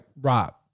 Rob